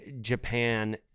Japan